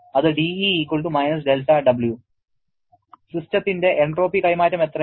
അത് dE − δW സിസ്റ്റത്തിന്റെ entropy കൈമാറ്റം എത്രയാണ്